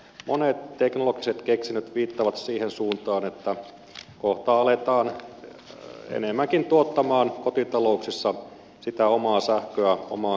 monet teknologiset keksinnöt viittaavat siihen suuntaan että kohta aletaan enemmänkin tuottaa kotitalouksissa sitä omaa sähköä omaan käyttöön